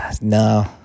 no